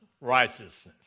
righteousness